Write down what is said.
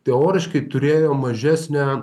teoriškai turėjo mažesnę